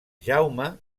jaume